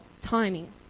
timing